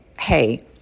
hey